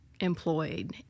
employed